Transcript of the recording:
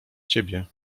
ciebie